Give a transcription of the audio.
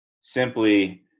simply